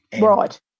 Right